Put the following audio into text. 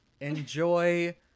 Enjoy